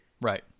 right